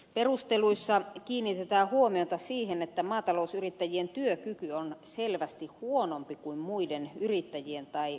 perusteluissa kiinnitetään huomiota siihen että maatalousyrittäjien työkyky on selvästi huonompi kuin muiden yrittäjien tai palkansaajien